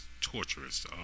torturous